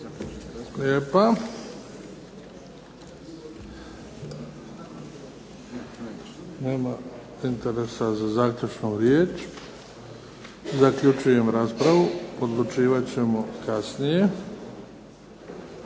lijepa. Nema interesa za završnu riječ. Zaključujem raspravu. Odlučivat ćemo kasnije.